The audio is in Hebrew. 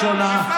אגב,